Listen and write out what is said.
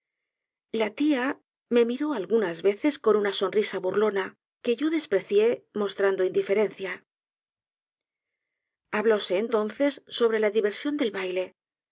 la tía me miró algunas veces con una sonrisa burlona que yo desprecié mostrando indiferencia hablóse entonces sobre la diversión del baile